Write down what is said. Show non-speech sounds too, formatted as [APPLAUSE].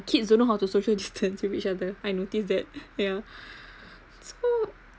kids don't know how to social distance to each other I noticed that yeah [BREATH] so